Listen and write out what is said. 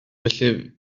felly